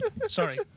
Sorry